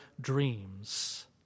dreams